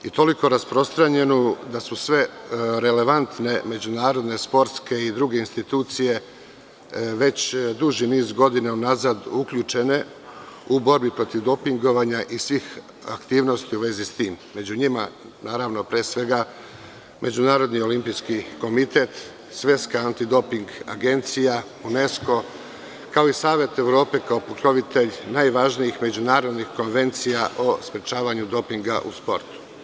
Dakle, toliko rasprostranjenu, da su sve relevantne međunarodne, sportske i druge institucije već duži niz godina unazad uključene u borbi protiv dopingovanja i svih aktivnosti u vezi sa tim, a među njima i Međunarodni olimpijski komitet, Svetska antidoping agencija, UNESKO, kao i Savet Evrope, kao pokrovitelj najvažnijih međunarodnih konvencija o sprečavanju dopinga u sportu.